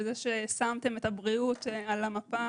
על כך ששמתם את הבריאות על המפה.